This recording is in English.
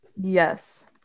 Yes